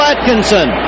Atkinson